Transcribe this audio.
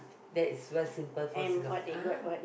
that is one simple for Singa~ ah